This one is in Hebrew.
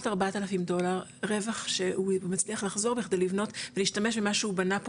4,000 דולר רווח שהוא מצליח לחזור בכדי להשתמש במה שהוא בנה פה